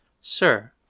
Sir